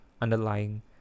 underlying